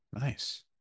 Nice